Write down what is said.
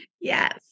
Yes